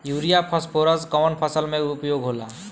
Urea phosphorus कवना फ़सल में उपयोग होला?